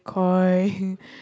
Koi